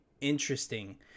interesting